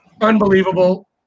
unbelievable